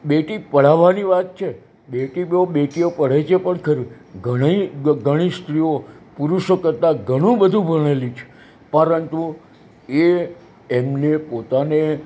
બેટી પઢાવવાની વાત છે બેટી બહુ બેટીઓ પઢે છે પણ ખરી ઘણી સ્ત્રીઓ પુરુષો કરતાં ઘણું બધું ભણેલી છે પરંતુ એ એમને પોતાને